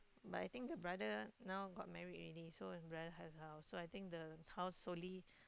but I think her brother now got married already so her brother has her house so I think the house solely